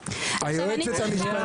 זה כספי המיסים